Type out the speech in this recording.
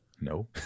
No